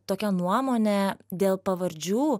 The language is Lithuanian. tokia nuomonė dėl pavardžių